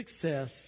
success